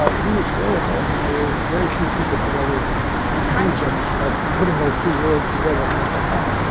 ah he was way ahead of me. there were very few people who had ever conceived of of putting those two worlds together at that time.